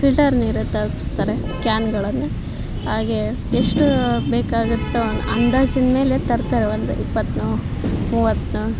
filter ನೀರು ತರಿಸ್ತಾರೆ ಕ್ಯಾನ್ಗಳನ್ನು ಹಾಗೇ ಎಷ್ಟು ಬೇಕಾಗುತ್ತೋ ಅಂದಾಜಿನ ಮೇಲೆ ತರ್ತಾರೆ ಒಂದು ಇಪ್ಪತ್ತನ್ನೋ ಮೂವತ್ತನ್ನೋ